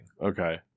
Okay